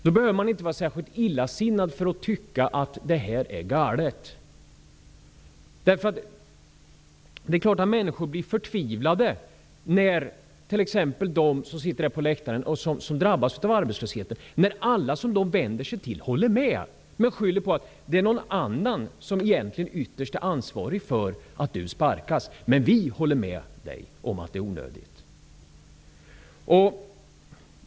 Man behöver inte vara särskilt illasinnad för att tycka att det är galet. Det är klart att människor -- t.ex. de som sitter på kammarens läktare i dag och drabbas av arbetslösheten -- blir förtvivlade när alla människor de vänder sig till håller med dem. Dessa människor skyller i stället på att det är någon annan som ytterst är ansvarig för att den drabbade sparkas: ''Vi håller med dig om att det är onödigt''.